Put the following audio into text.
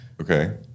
Okay